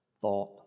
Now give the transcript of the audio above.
thought